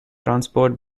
transport